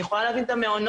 אני יכולה להבין את המעונות,